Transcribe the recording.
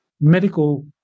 medical